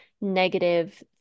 negative